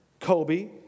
Kobe